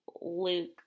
Luke